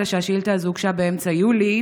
אלא שהשאילתה הזו הוגשה באמצע יולי,